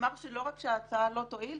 הוא אמר שלא רק שההצעה לא תועיל,